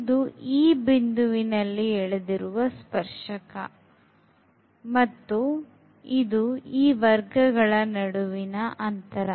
ಇದು ಈ ಬಿಂದುವಿನಲ್ಲಿ ಎಳೆದಿರುವ ಸ್ಪರ್ಶಕ ಮತ್ತು ಈ ವರ್ಗಗಳ ನಡುವಿನ ಅಂತರ